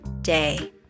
day